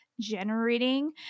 generating